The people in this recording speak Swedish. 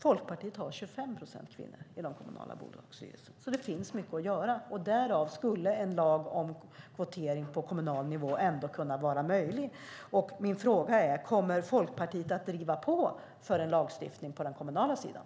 Folkpartiet har 25 procent kvinnor i de kommunala bolagsstyrelserna. Det finns alltså mycket att göra. Därför skulle en lag om kvotering på kommunal nivå kunna vara möjlig. Min fråga är: Kommer Folkpartiet att driva på för en lagstiftning på den kommunala sidan?